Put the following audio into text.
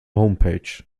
homepage